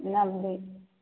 नब्बे